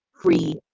free